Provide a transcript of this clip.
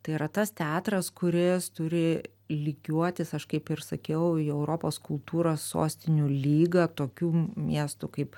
tai yra tas teatras kuris turi lygiuotis aš kaip ir sakiau į europos kultūros sostinių lygą tokių miestų kaip